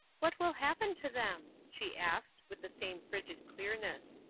what will happen to them? she asked, with the same frigid clearness.